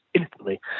instantly